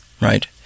Right